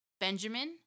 Benjamin